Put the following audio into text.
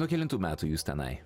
nuo kelintų metų jūs tenai